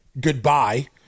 goodbye